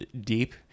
deep